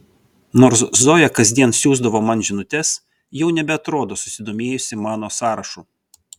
nors zoja kasdien siųsdavo man žinutes jau nebeatrodo susidomėjusi mano sąrašu